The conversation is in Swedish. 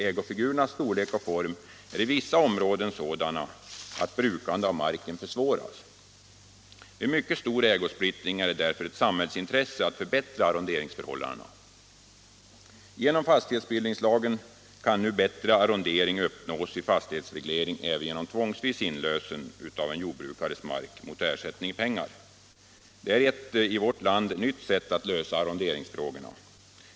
Ägofigurernas storlek och form är i vissa områden sådana att brukande av marken försvåras. Vid mycket stor ägosplittring är det därför ett samhällsintresse att förbättra arronderingsförhållandena. Genom fastighetsbildningslagen kan nu bättre arrondering uppnås vid fastighetsreglering även genom tvångsvis inlösen av en jordbrukares mark mot ersättning i pengar. Detta är ett i vårt land nytt sätt att lösa arronderingsfrågorna.